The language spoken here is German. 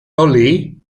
lolli